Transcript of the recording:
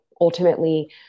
ultimately